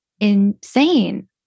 insane